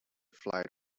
flight